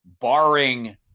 barring